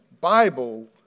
Bible